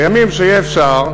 לימים שיהיה אפשר.